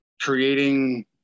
creating